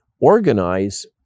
organize